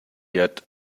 yet